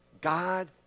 God